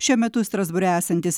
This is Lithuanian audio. šiuo metu strasbūre esantis